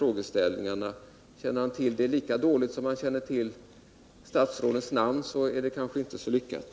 Känner han till dem lika dåligt som han känner till statsrådens namn är han illa ute.